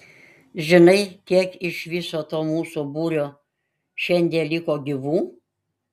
žinai kiek iš viso to mūsų būrio šiandie liko gyvų